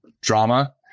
drama